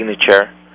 signature